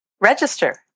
register